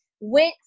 Went